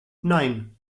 nein